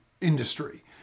industry